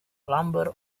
lumber